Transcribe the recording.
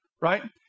right